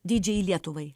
didžiajai lietuvai